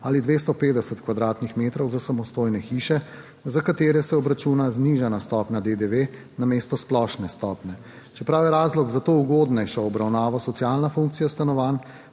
ali 250 m2 za samostojne hiše. Za katere se obračuna znižana stopnja DDV namesto splošne stopnje. Čeprav je razlog za to ugodnejšo obravnavo socialna funkcija stanovanj,